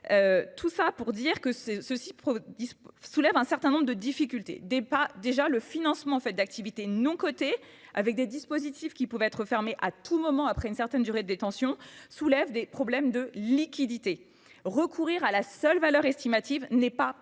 entreprises, ce qui soulève un certain nombre de difficultés. Ainsi, le financement d'activités non cotées par des dispositifs qui peuvent être fermés à tout moment après une certaine durée de détention soulève des problèmes de liquidité. Recourir à la seule valeur estimative n'est pas protecteur